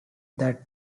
that